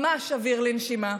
ממש אוויר לנשימה,